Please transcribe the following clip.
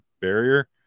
barrier